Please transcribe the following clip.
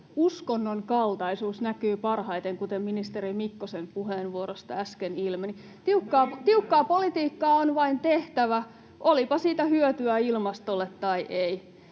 uskonnon kaltaisuus näkyy parhaiten, kuten ministeri Mikkosen puheenvuorosta äsken ilmeni. Tiukkaa politiikkaa on vain tehtävä, olipa siitä hyötyä ilmastolle tai ei.